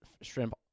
shrimp